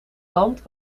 land